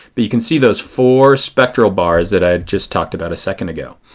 but you can see those four spectral bars that i just talked about a second ago.